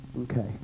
Okay